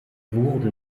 wurde